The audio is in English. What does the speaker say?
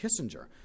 Kissinger